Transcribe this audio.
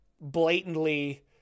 blatantly